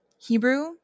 Hebrew